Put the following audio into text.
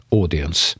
audience